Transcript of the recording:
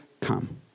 come